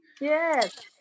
Yes